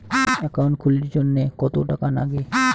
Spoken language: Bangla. একাউন্ট খুলির জন্যে কত টাকা নাগে?